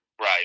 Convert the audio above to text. Right